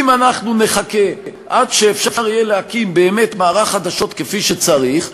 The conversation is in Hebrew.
אם אנחנו נחכה עד שאפשר יהיה להקים באמת מערך חדשות כפי שצריך,